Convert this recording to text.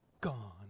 gone